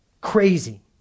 crazy